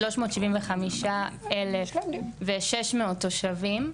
כ-375,600 תושבים.